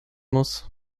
muss